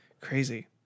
crazy